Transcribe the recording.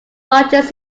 largest